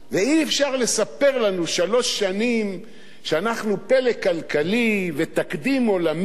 ואי-אפשר לספר לנו שלוש שנים שאנחנו פלא כלכלי ותקדים עולמי